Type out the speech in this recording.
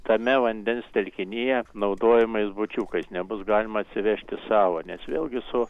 tame vandens telkinyje naudojamais bučiukais nebus galima atsivežti savo nes vėlgi su